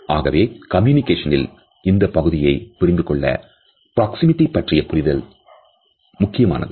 ஆகவே communication ல் இந்தப் பகுதியைப் புரிந்து கொள்ள பிராக்சிமிடி பற்றிய புரிதல் முக்கியமானது